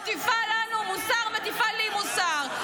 מטיפה לנו מוסר, מטיפה לי מוסר.